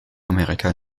amerika